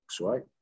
right